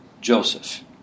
Joseph